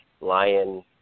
lion